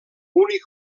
única